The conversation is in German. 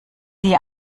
sie